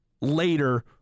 later